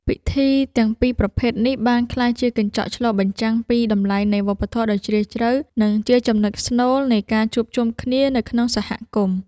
ពិធីទាំងពីរប្រភេទនេះបានក្លាយជាកញ្ចក់ឆ្លុះបញ្ចាំងពីតម្លៃនៃវប្បធម៌ដ៏ជ្រាលជ្រៅ និងជាចំណុចស្នូលនៃការជួបជុំគ្នានៅក្នុងសហគមន៍។